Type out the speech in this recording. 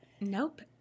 Nope